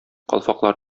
калфаклар